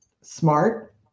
smart